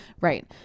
Right